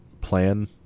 plan